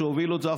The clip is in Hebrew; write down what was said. כשהובילו את זה,